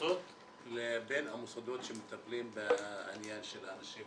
המועצות לבין המוסדות שמטפלים בעניין של אנשים